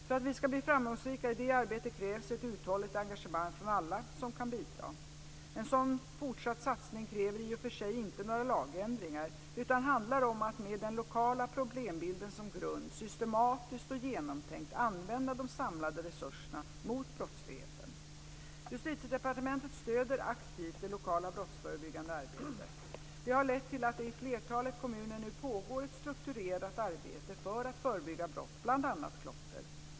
För att vi ska bli framgångsrika i detta arbete krävs ett uthålligt engagemang från alla som kan bidra. En sådan fortsatt satsning kräver i och för sig inte några lagändringar utan handlar om att med den lokala problembilden som grund systematiskt och genomtänkt använda de samlade resurserna mot brottsligheten. Justitiedepartementet stöder aktivt det lokala brottsförebyggande arbetet. Detta har lett till att det i flertalet kommuner nu pågår ett strukturerat arbete för att förebygga brott, bl.a. klotter.